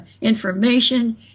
information